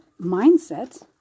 mindset